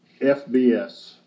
FBS